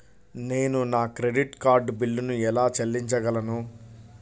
నేను నా credit card బిల్లును ఎలా చెల్లించగలను?